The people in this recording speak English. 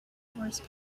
horse